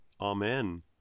Amen